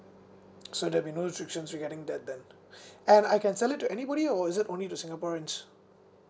so there will be no restrictions regarding that then and I can sell it to anybody or is it only to singaporeans